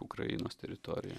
ukrainos teritorija